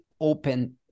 open